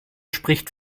spricht